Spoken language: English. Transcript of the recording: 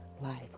life